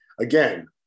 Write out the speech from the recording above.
again